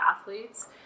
athletes